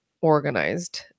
organized